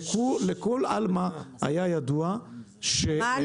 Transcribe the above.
זה לא סביר בעיניי שאתה לא מבין היינו ביחד יושבי ראש השדולה לעסקים